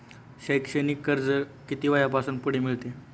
शैक्षणिक कर्ज किती वयापासून पुढे मिळते?